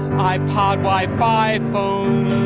ipod, wi-fi phone.